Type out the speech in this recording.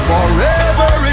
Forever